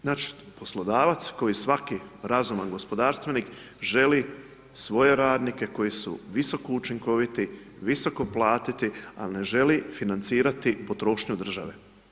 Znači poslodavac kao i svaki razumni gospodarstvenik želi svoje radnike koji su visoko učinkoviti, visoko platiti ali ne želi financirati potrošnju države.